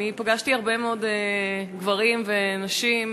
פגשתי הרבה מאוד גברים ונשים,